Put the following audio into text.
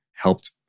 helped